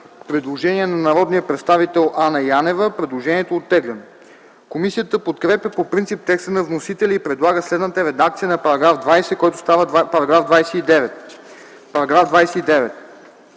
предложение на народния представител Анна Янева, което е оттеглено. Комисията подкрепя по принцип текста на вносителя и предлага следната редакция на § 20, който става § 29: „§ 29.